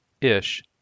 Ish